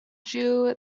jew